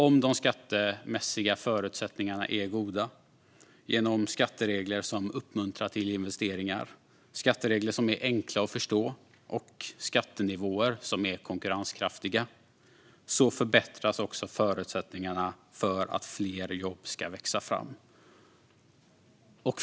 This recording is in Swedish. Om de skattemässiga förutsättningarna är goda, genom skatteregler som uppmuntrar till investeringar och är enkla att förstå samt skattenivåer som är konkurrenskraftiga, förbättras också förutsättningarna för att fler jobb ska växa fram.